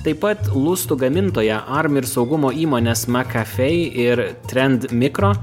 taip pat lustų gamintoja arm ir saugumo įmonės makafei ir trendmikro